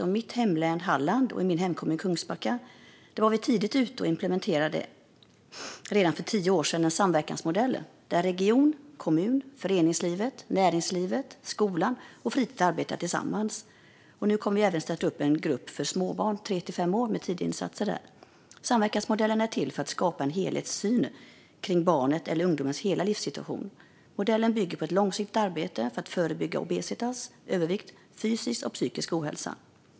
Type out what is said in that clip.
I mitt hemlän Halland och min hemkommun Kungsbacka var vi tidigt ute och implementerade redan för tio år sedan en samverkansmodell, där region, kommun, föreningsliv, näringsliv, skola och fritid arbetar tillsammans. Nu kommer vi även att starta en grupp för småbarn på 3 till 5 år, med tidiga insatser. Samverkansmodellen är till för att skapa en helhetssyn kring barnets eller ungdomens hela livssituation. Modellen bygger på ett långsiktigt arbete för att förebygga obesitas - övervikt - och fysisk och psykisk ohälsa.